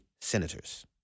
senators